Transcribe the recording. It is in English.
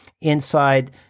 inside